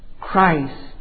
Christ